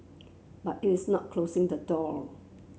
but it is not closing the door